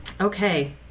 Okay